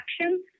action